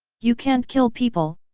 you can't kill people,